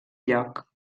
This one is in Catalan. lloc